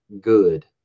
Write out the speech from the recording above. good